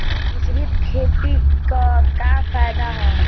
मिश्रित खेती क का फायदा ह?